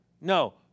No